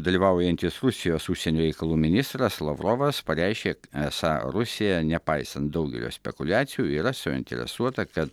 dalyvaujantis rusijos užsienio reikalų ministras lavrovas pareiškė esą rusija nepaisant daugelio spekuliacijų yra suinteresuota kad